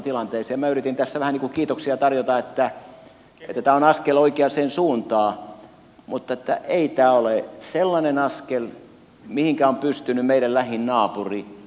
minä yritin tässä vähän niin kuin kiitoksia tarjota että tämä on askel oikeaan suuntaan mutta ei tämä ole sellainen askel mihinkä on pystynyt meidän lähin naapurimme ruotsi